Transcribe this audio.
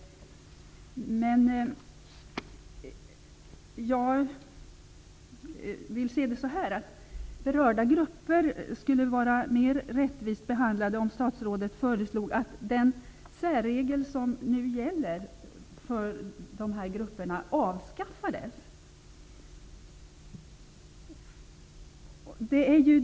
Men jag vill se det så här: Berörda grupper skulle vara mer rättvist behandlade om statsrådet föreslog att den särregel som nu gäller för de här grupperna avskaffades.